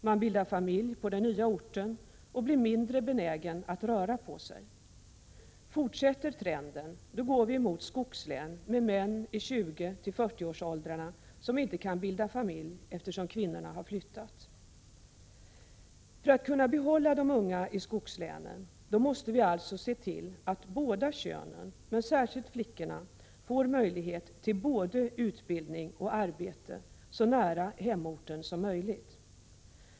Man bildar familj på den nya orten och blir mindre benägen att ”röra på sig”. Fortsätter trenden kommer vi att få skogslän med män i 20-40-årsåldern som inte kan bilda familj eftersom kvinnorna har flyttat. , För att kunna behålla de unga i skogslänen måste vi alltså se till att båda könen, men särskilt flickorna, får möjlighet till både utbildning och arbete så nära hemorten som möjligt.